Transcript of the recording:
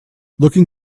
looking